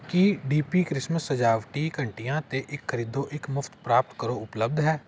ਕੀ D P Christmas ਸਜਾਵਟੀ ਘੰਟੀਆਂ 'ਤੇ ਇੱਕ ਖਰੀਦੋ ਇੱਕ ਮੁਫ਼ਤ ਪ੍ਰਾਪਤ ਕਰੋ ਉਪਲੱਬਧ ਹੈ